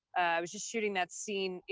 was just shooting that scene,